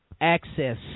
access